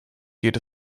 geht